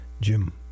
Jim